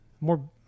More